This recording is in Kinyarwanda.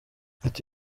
ati